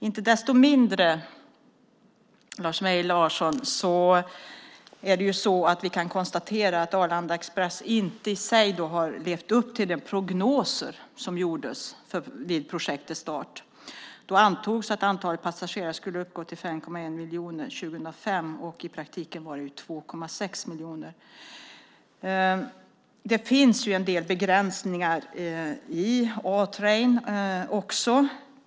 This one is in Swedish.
Inte desto mindre, Lars Mejern Larsson, kan vi konstatera att Arlanda Express inte har levt upp till de prognoser som gjordes vid projektets start. Då antog man att antalet passagerare skulle uppgå till 5,1 miljoner 2005; i praktiken var det 2,6 miljoner. Det finns också en del begränsningar vad gäller A-Train.